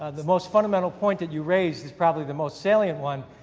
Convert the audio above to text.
ah the most fundamental point that you raised is probably the most sailient one,